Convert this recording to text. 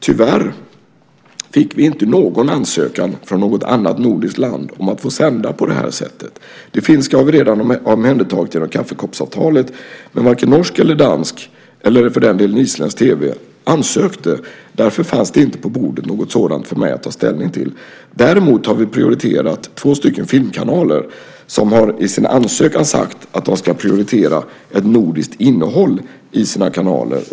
Tyvärr fick vi inte någon enda ansökan från något annat nordiskt land om att få sända på det sättet. Det finska har vi redan omhändertagit genom kaffekoppsavtalet, men varken norsk eller dansk tv ansökte, eller isländsk för den delen. Därför fanns inte något sådant på bordet för mig att ta ställning till. Däremot har vi prioriterat två filmkanaler som i ansökningarna sagt att de ska prioritera ett nordiskt innehåll i sina kanaler.